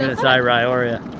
ah say rayora.